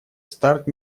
старт